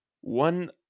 one